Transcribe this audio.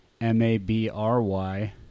M-A-B-R-Y